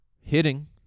hitting